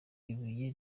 ibuye